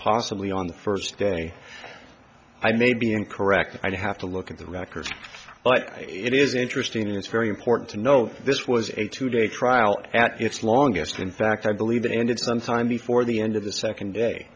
possibly on the first day i may be incorrect i don't have to look at the records but it is interesting and it's very important to know this was a two day crile at its longest in fact i believe it ended sometime before the end of the second day